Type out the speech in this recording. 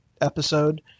episode